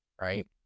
right